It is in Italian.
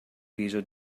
viso